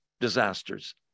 disasters